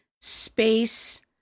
space